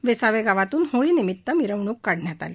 वेसावे गावातून होळीनिमित मिरवणूक काढण्यात आली